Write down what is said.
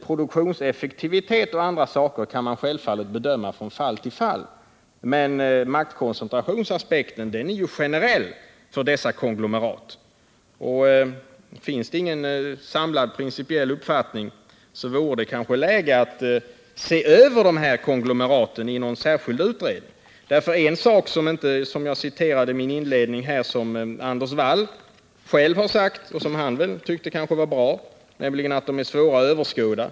Produktionseffektivitet och andra sådana förhållanden kan självfallet bedömas från fall till fall, men maktkoncentrationsaspekten är generell för dessa konglomerat. Om det inte finns någon samlad principiell uppfattning på den punkten, vore det kanske lämpligt att se över dessa konglomerat i en särskild utredning. Jag citerade inledningsvis något som Anders Wall själv sagt och som han kanske tyckte var bra. nämligen att konglomeraten är svåra att överskåda.